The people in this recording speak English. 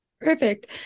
Perfect